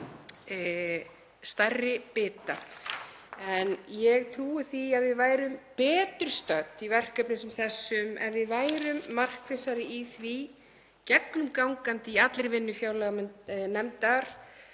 stærri bita. En ég trúi því að við værum betur stödd í verkefnum sem þessum ef við værum markvissari í því gegnumgangandi í allri vinnu fjárlaganefndar